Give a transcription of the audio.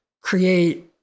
create